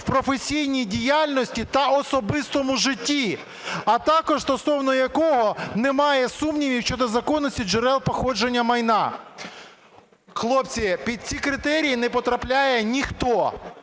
в професійній діяльності та особистому житті, а також стосовно якого немає сумнівів щодо законності джерел походження майна. Хлопці, під ці критерії не потрапляє ніхто,